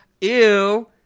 ew